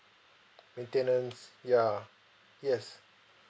maintenance ya yes